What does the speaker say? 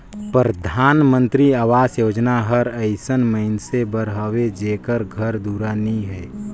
परधानमंतरी अवास योजना हर अइसन मइनसे बर हवे जेकर घर दुरा नी हे